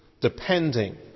Depending